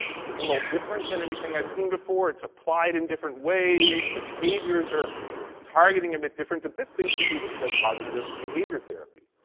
it's a little different than anything i've seen before. it's applied in different ways. the behaviors are targeting a bit different, but this basically looks like cognitive behavior therapy,